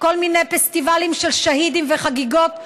כל מיני פסטיבלים של שהידים וחגיגות,